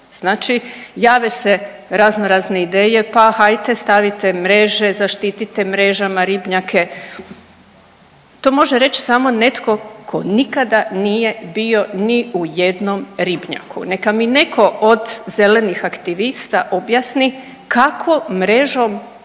Znači jave se raznorazne ideje, pa hajte stavite mrže zaštite mrežama ribnjake, to može reć samo netko tko nikada nije bio ni u jednom ribnjaku. Neka mi neko od zelenih aktivista objasni kako mrežom